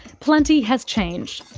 plenty has changed.